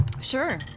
Sure